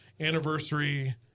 anniversary